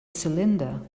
cylinder